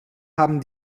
haben